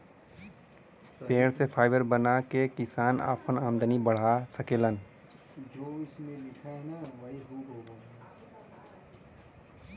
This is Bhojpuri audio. पेड़ से फाइबर बना के किसान आपन आमदनी बढ़ा सकेलन